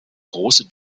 große